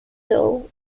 dough